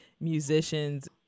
musicians